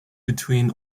between